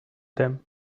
them